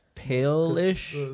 pale-ish